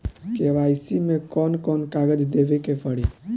KYC मे कौन कौन कागज देवे के पड़ी?